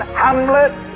hamlet